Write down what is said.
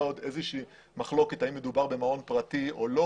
עוד איזושהי מחלוקת האם מדובר במעון פרטי או לא